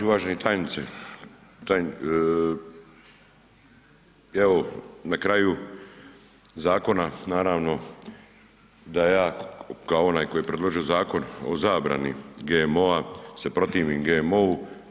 Uvaženi tajniče, evo na kraju zakona, naravno da ja kao onaj koji je predložio zakon o zabrani GMO-a se protivim GMO-o.